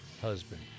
husband